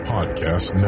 Podcast